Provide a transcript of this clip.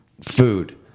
food